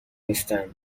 نیستن